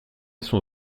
son